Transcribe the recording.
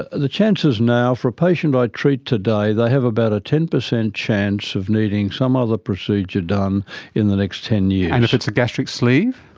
ah the chances now offer a patient i treat today, they have about ten percent chance of needing some other procedure done in the next ten years. and if it's a gastric sleeve?